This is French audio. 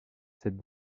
cette